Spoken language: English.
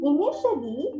Initially